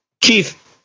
Keith